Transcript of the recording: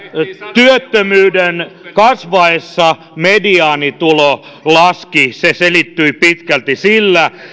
työttömyyden kasvaessa mediaanitulo laski se selittyy pitkälti sillä